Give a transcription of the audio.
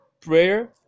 Prayer